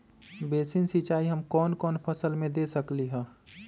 Basin सिंचाई हम कौन कौन फसल में दे सकली हां?